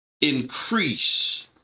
increase